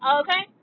okay